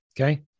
okay